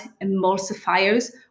emulsifiers